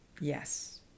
yes